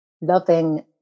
loving